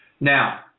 now